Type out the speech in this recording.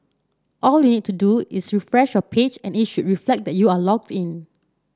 all you need to do is refresh your page and it should reflect that you are logged in